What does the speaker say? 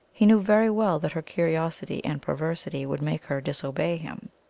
he knew very well that her curiosity and perversity would make her disobey him.